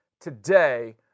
today